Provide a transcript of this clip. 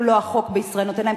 ואפילו החוק בישראל לא נותן להם,